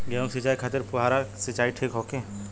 गेहूँ के सिंचाई खातिर फुहारा सिंचाई ठीक होखि?